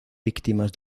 víctimas